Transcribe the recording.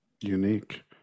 unique